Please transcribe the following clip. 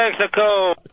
Mexico